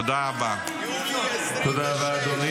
תודה רבה.